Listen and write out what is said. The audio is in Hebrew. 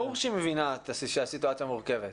ברור שהיא מבינה שהסיטואציה מורכבת.